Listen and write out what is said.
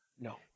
no